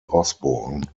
osborne